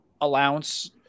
allowance